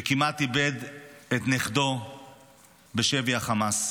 וכמעט איבד את נכדו בשבי החמאס.